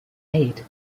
eight